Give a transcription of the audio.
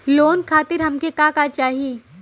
Loan खातीर हमके का का चाही?